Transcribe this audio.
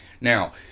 Now